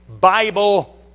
Bible